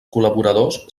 col·laboradors